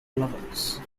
levels